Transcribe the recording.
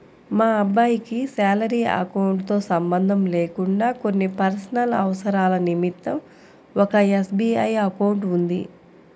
మా అబ్బాయికి salary account తో సంబంధం లేకుండా కొన్ని పర్సనల్ అవసరాల నిమిత్తం ఒక ఎస్.బీ.ఐ అకౌంట్ ఉంది